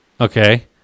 Okay